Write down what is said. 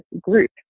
group